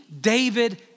David